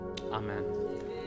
Amen